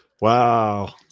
wow